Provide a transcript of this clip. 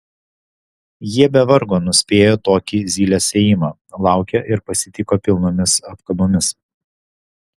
jie be vargo nuspėjo tokį zylės ėjimą laukė ir pasitiko pilnomis apkabomis